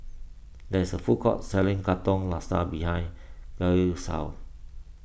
there is a food court selling Katong Laksa behind Gail's house